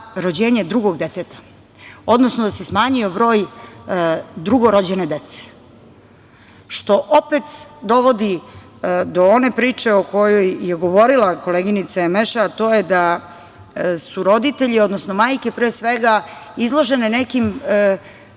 rođenje drugog deteta, odnosno da se smanjio broj drugorođene dece, što opet dovodi do one priče o kojoj je govorila koleginica Emeše, a to je da su roditelji odnosno majke pre svega izložene nekim